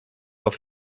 auf